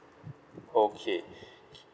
okay